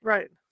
Right